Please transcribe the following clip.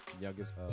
youngest